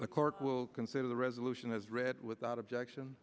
the court will consider the resolution as read without objection